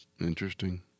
Interesting